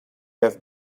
have